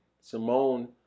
Simone